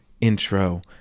intro